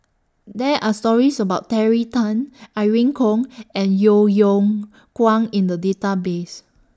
There Are stories about Terry Tan Irene Khong and Yeo Yeow Kwang in The Database